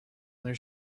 their